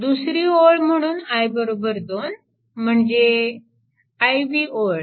दुसरी ओळ म्हणून i 2 म्हणजे i वी ओळ